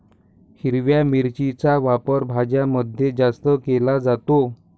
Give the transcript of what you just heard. हिरव्या मिरचीचा वापर भाज्यांमध्ये जास्त केला जातो